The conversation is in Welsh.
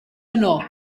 yno